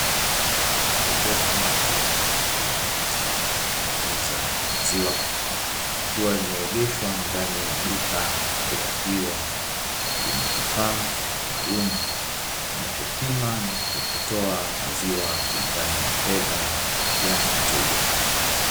Jokofu maalumu kwa ajili ya kuuza na kutunza maziwa likiwa limeegeshwa ndani ya duka la bidhaa hiyo lina kifaa maalumu kinachopima na kutoa maziwa kulingana na fedha ya mteja.